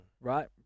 right